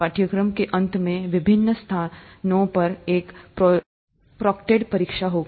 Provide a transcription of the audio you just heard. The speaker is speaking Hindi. पाठ्यक्रम के अंत में विभिन्न स्थानों पर एक प्रोक्टेड परीक्षा होगी